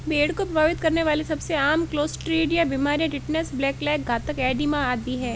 भेड़ को प्रभावित करने वाली सबसे आम क्लोस्ट्रीडिया बीमारियां टिटनेस, ब्लैक लेग, घातक एडिमा आदि है